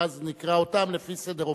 ואז נקרא אותם לפי סדר הופעתם,